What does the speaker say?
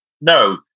No